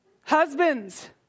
Husbands